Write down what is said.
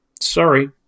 Sorry